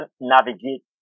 navigate